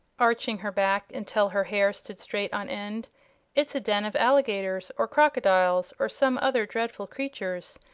arching her back until her hair stood straight on end it's den of alligators, or crocodiles, or some other dreadful creatures!